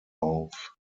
auf